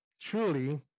truly